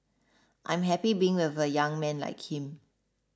I'm happy being with a young man like him